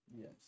Yes